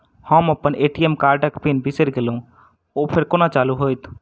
हम अप्पन ए.टी.एम कार्डक पिन बिसैर गेलियै ओ फेर कोना चालु होइत?